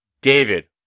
David